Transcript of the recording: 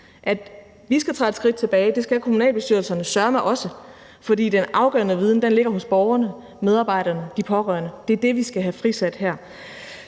Vi skal træde et skridt tilbage, og det skal kommunalbestyrelserne søreme også, for den afgørende viden ligger hos borgerne, medarbejderne, de pårørende. Det er det, vi skal have frisat her.